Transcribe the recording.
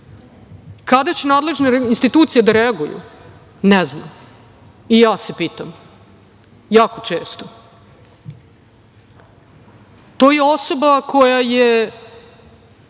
Kada će nadležne institucije da reaguju? Ne znam i ja se pitam jako često. To je osoba koja je